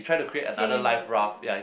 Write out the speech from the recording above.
tame the tiger